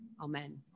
Amen